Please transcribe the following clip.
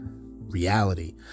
reality